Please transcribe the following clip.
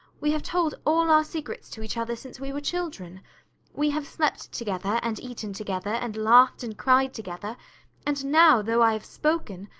we have told all our secrets to each other since we were children we have slept together and eaten together, and laughed and cried together and now, though i have spoken,